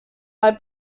mal